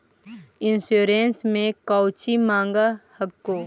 Insurance मे कौची माँग हको?